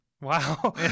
wow